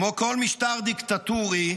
כמו כל משטר דיקטטורי,